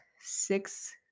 six